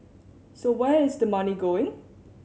so where is the money going